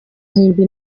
ahimba